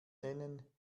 nennen